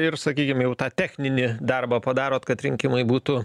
ir sakykim jau tą techninį darbą padarot kad rinkimai būtų